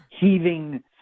Heaving